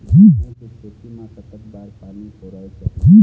गेहूं के खेती मा कतक बार पानी परोए चाही?